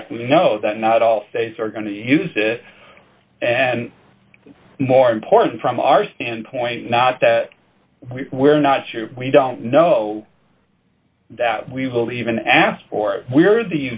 fact we know that not all states are going to use it and more important from our standpoint not that we're not sure we don't know that we will even ask for it we're the